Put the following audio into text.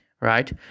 right